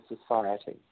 society